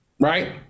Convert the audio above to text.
right